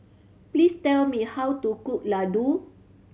please tell me how to cook Ladoo